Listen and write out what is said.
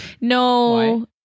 No